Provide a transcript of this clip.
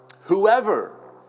whoever